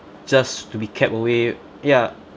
just to be kept away ya